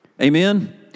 Amen